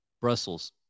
brussels